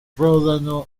ródano